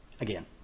Again